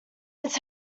its